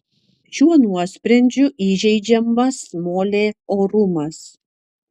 šiuo nuosprendžiu įžeidžiamas molė orumas